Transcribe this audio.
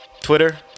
Twitter